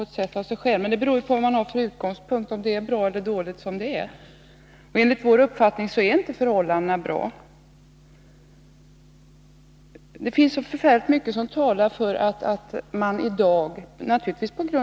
Men det beror ju på vilken utgångspunkt man har, om man tycker att det är bra eller dåligt som det är. Enligt vår uppfattning är förhållandena inte bra.